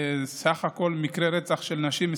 סך מקרי רצח של נשים,